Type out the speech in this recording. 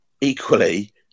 equally